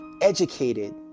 educated